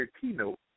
keynote